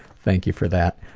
thank you for that.